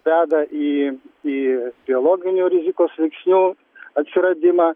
veda į į biologinių rizikos veiksnių atsiradimą